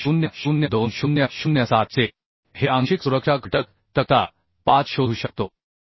800 2007 चे हे आंशिक सुरक्षा घटक तक्ता 5 शोधू शकतो